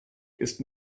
ist